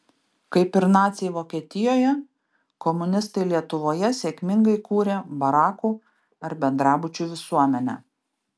kaip ir naciai vokietijoje komunistai lietuvoje sėkmingai kūrė barakų ar bendrabučių visuomenę